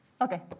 Okay